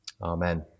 Amen